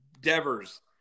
Devers